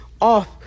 off